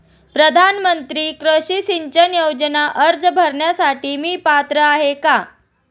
प्रधानमंत्री कृषी सिंचन योजना अर्ज भरण्यासाठी मी पात्र आहे का?